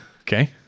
Okay